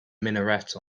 minaret